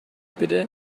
bitte